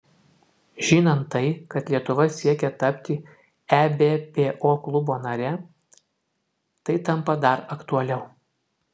žinant tai kad lietuva siekia tapti ebpo klubo nare tai tampa dar aktualiau